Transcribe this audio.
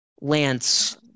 Lance